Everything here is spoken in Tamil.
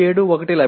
271 கிடைக்கிறது